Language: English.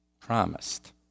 promised